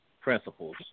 principles